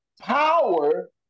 power